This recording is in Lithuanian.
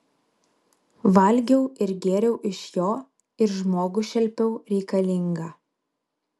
valgiau ir gėriau iš jo ir žmogų šelpiau reikalingą